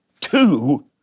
two